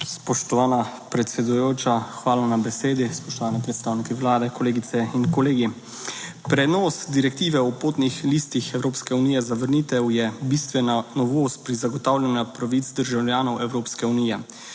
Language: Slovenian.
Spoštovana predsedujoča, hvala na besedi. Spoštovani predstavniki Vlade, kolegice in kolegi! Prenos direktive o potnih listih Evropske unije za vrnitev je bistvena novost pri zagotavljanju pravic državljanov Evropske unije,